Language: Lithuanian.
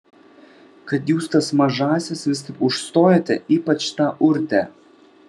kad jūs tas mažąsias vis taip užstojate ypač tą urtę